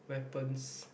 weapons